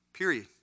Period